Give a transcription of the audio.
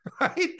right